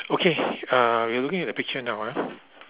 okay uh you looking at the picture now ah